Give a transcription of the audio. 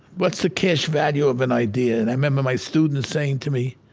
what's the cash value of an idea? and i remember my students saying to me,